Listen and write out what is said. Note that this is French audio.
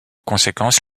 conséquence